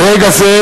ברגע זה,